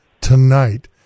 tonight